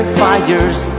fires